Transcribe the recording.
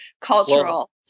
cultural